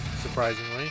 surprisingly